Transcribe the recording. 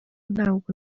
ntabwo